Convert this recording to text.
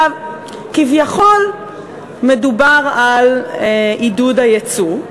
כביכול מדובר על עידוד הייצוא.